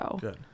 Good